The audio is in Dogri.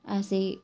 असें